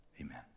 Amen